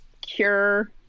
cure